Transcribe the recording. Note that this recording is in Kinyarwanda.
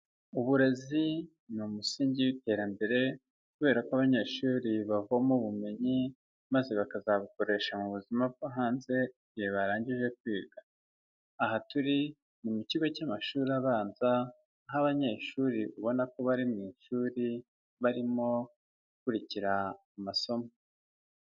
Uburezi ni umusingi w'iterambere kubera ko abanyeshuri bavomo ubumenyi maze bakazabukoresha mu buzima bwo hanze igihe barangije kwiga, aha turi mu kigo cy'amashuri abanza, aho abanyeshuri ubona ko bari mu ishuri barimo gukurikira amasomo.